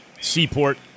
Seaport